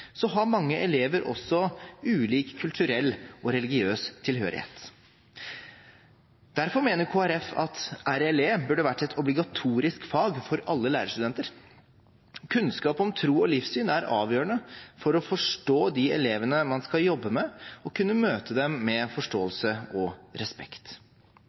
har mange elever også ulik kulturell og religiøs tilhørighet. Derfor mener Kristelig Folkeparti at RLE burde ha vært et obligatorisk fag for alle lærerstudenter. Kunnskap om tro og livssyn er avgjørende for å forstå de elevene man skal jobbe med, og kunne møte dem med forståelse og respekt.